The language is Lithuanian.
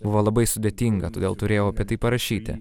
buvo labai sudėtinga todėl turėjau apie tai parašyti